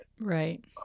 Right